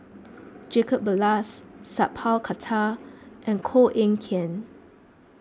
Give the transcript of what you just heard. Jacob Ballas Sat Pal Khattar and Koh Eng Kian